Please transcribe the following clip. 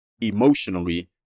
emotionally